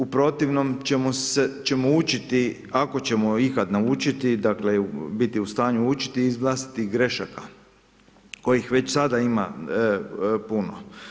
U protivnom, ćemo učiti, ako ćemo ikada naučiti, dakle, biti u stanju učiti, iz vlastitih grešaka, koje već sada ima puno.